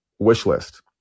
Wishlist